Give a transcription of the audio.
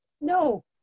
No